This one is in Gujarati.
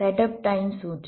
સેટઅપ ટાઇમ શું છે